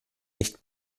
nicht